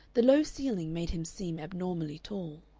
the low ceiling made him seem abnormally tall.